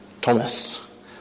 Thomas